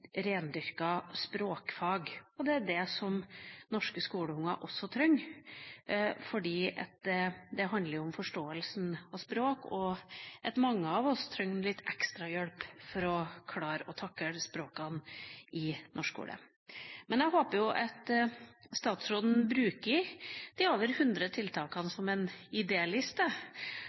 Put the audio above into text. rendyrket språkfag. Det er det norske skoleunger også trenger, for det handler om forståelsen av språk, og at mange av oss trenger litt ekstra hjelp for å klare å takle språkene i norsk skole. Jeg håper at statsråden bruker de over 100 tiltakene som en